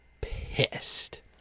pissed